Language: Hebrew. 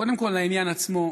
קודם כול, לעניין עצמו.